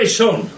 son